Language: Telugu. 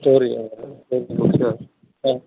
స్టోరీ